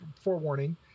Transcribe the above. forewarning